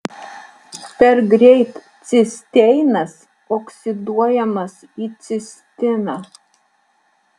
per greit cisteinas oksiduojamas į cistiną